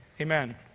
amen